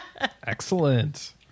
Excellent